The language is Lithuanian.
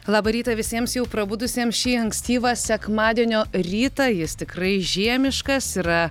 labą rytą visiems jau prabudusiems šį ankstyvą sekmadienio rytą jis tikrai žiemiškas yra